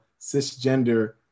cisgender